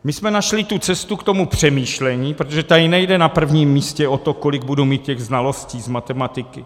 My jsme našli tu cestu k tomu přemýšlení, protože tady nejde na prvním místě o to, kolik budu mít těch znalostí z matematiky.